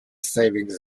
savings